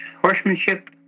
horsemanship